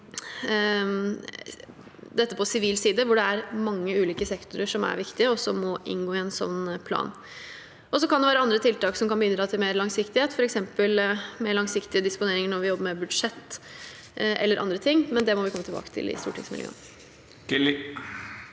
dette på sivil side, hvor det er mange ulike sektorer som er viktige, og som må inngå i en slik plan. Det kan også være andre tiltak som kan bidra til mer langsiktighet, f.eks. mer langsiktige disponeringer når vi jobber med budsjett eller andre ting, men det må vi komme tilbake til i stortingsmeldingen.